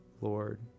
Lord